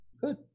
Good